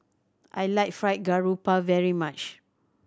I like Fried Garoupa very much